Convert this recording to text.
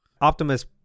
Optimus